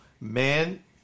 man